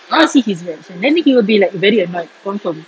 I wanna see his reaction then he will be like very annoyed confirm